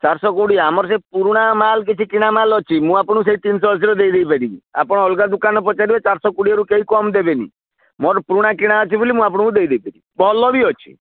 ଚାରିଶହ କୋଡ଼ିଏ ଆମର ସେ ପୁରୁଣା ମାଲ୍ କିଛି କିଣା ମାଲ୍ ଅଛି ମୁଁ ଆପଣଙ୍କୁ ସେଇ ତିନିଶହ ଅଶୀରେ ଦେଇଦେଇପାରିବି ଆପଣ ଅଲଗା ଦୋକାନ ପଚାରିବେ ଚାରିଶହ କୋଡ଼ିଏରୁ କେହି କମ୍ ଦେବେନି ମୋର ପୁରୁଣା କିଣା ଅଛି ବୋଲି ମୁଁ ଆପଣଙ୍କୁ ଦେଇଦେଇପାରିବି ଭଲ ବି ଅଛି